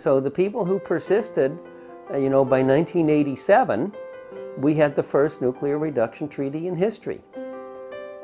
so the people who persisted you know by nine hundred eighty seven we had the first nuclear reduction treaty in history